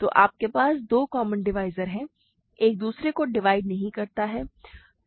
तो आपके पास दो कॉमन डिवाइज़र हैं एक दूसरे को डिवाइड नहीं करता है